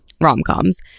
rom-coms